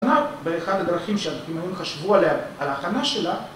.באחד הדרכים שאנחנו היום חשבו על ההכנה שלה